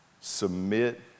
Submit